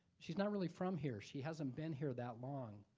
she's not really from here. she hasn't been here that long.